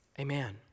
Amen